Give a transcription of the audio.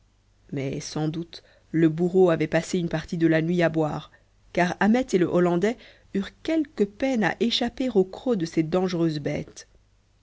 mais sans doute le bourreau avait passé une partie de la nuit à boire car ahmet et le hollandais eurent quelque peine à échapper aux crocs de ces dangereuses bêtes